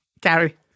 Gary